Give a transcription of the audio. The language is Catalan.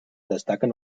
destaquen